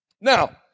Now